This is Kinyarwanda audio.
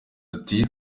ati